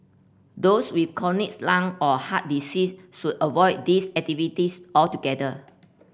those with chronic lung or heart disease should avoid these activities altogether